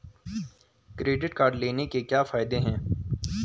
Credit card लेने के क्या फायदे हैं?